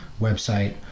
website